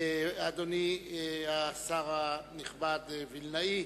אדוני השר הנכבד וילנאי